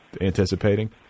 anticipating